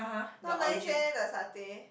not nice eh the satay